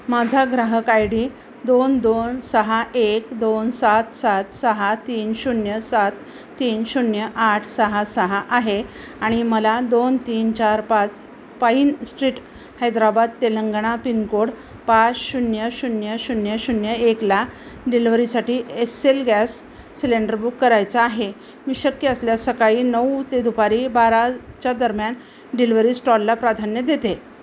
माझा ग्राहक I D दोन दोन सहा एक दोन सात सात सहा तीन शून्य सात तीन शून्य आठ सहा सहा आहे आणि मला दोन तीन चार पाच pine street Hyderabad Telangana pincode पाच शून्य शून्य शून्य शून्य एकला डिलवरीसाठी एस्सेल गॅस सिलेंडर बुक करायचा आहे मी शक्य असल्या सकाळी नऊ ते दुपारी बाराच्या दरम्यान डिलिव्हरी स्टॉलला प्राधान्य देते